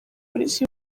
polisi